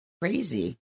crazy